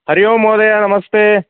हरिः ओम् महोदय नमस्ते